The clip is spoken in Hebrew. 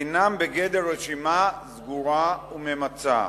אינם בגדר רשימה סגורה וממצה,